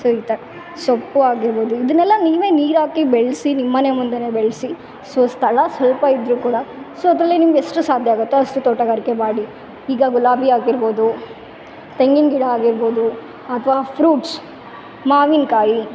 so ಇಂಥ ಸೊಪ್ಪು ಆಗಿರ್ಬೋದು ಇದನ್ನೆಲ್ಲ ನೀವೆ ನೀರಾಕಿ ಬೆಳೆಸಿ ನಿಮ್ಮಮನೆ ಮುಂದೆ ಬೆಳೆಸಿ ಸೊ ಸ್ಥಳ ಸ್ವಲ್ಪ ಇದ್ರು ಕೂಡ ಸೊ ಅದರಲ್ಲಿ ನಿಮ್ಗೆ ಎಷ್ಟು ಸಾಧ್ಯವಾಗತ್ತೊ ಅಷ್ಟು ತೋಟಗಾರಿಕೆ ಮಾಡಿ ಈಗ ಗುಲಾಬಿ ಆಗಿರ್ಬೋದು ತೆಂಗಿನ ಗಿಡ ಆಗಿರ್ಬೋದು ಅಥ್ವ ಫ್ರೂಟ್ಸ್ ಮಾವಿನಕಾಯಿ